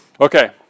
Okay